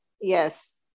Yes